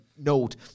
note